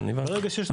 כן, הבנתי.